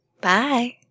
bye